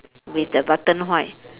with the button white